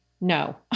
no